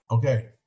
Okay